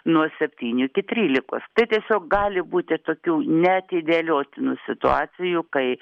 nuo septynių iki trylikos tai tiesiog gali būti tokių neatidėliotinų situacijų kai